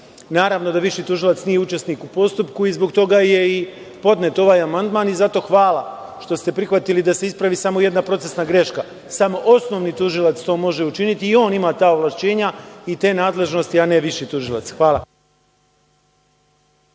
Naravno da viši tužilac nije učesnik u postupku i zbog toga je i podnet ovaj amandman i zato hvala što ste prihvatili da se ispravi samo jedna procesna greška. Samo osnovni tužilac to može učiniti i on ima ta ovlašćenja i te nadležnosti a ne viši tužilac. Hvala.